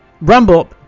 Rumble